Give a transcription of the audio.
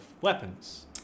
Weapons